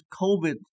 COVID